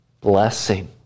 blessing